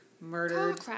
Murdered